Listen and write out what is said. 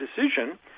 decision